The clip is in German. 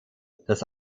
das